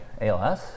ALS